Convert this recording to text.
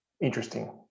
interesting